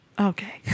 okay